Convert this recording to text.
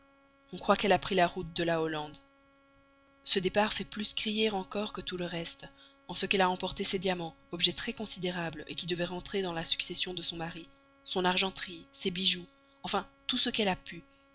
on croit qu'elle a pris la route de la hollande ce départ fait plus crier encore que tout le reste en ce qu'elle a emporté ses diamants objet très considérable qui devait rentrer dans la succession de son mari son argenterie ses bijoux enfin tout ce qu'elle a pu